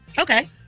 Okay